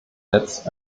netz